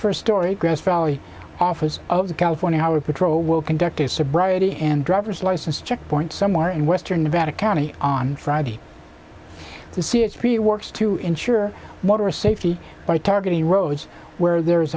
first story grass valley office of the california highway patrol will conduct a sobriety and driver's license checkpoint somewhere in western nevada county on friday to see israel works to ensure water safety by targeting roads where there is